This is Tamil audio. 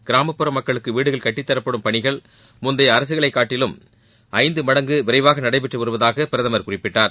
கிராமப்புற மக்களுக்கு வீடுகள் கட்டித்தரப்படும் பணிகள் முந்தைய அரசுகளை காட்டிலும் ஐந்து மடங்கு விரைவாக நடைபெற்று வருவதாக பிரதமர் குறிப்பிட்டார்